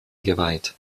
geweiht